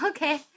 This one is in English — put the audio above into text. Okay